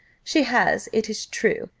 she has, it is true,